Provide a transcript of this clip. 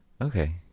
okay